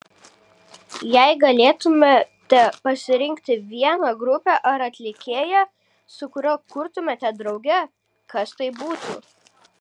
jei galėtumėte pasirinkti vieną grupę ar atlikėją su kuriuo kurtumėte drauge kas tai būtų